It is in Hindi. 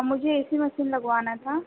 मुझे ए सी मसीन लगवाना था